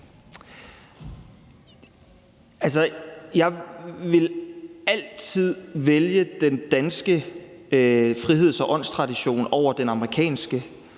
Jeg vil altid vælge den danske friheds- og åndstradition over den amerikanske,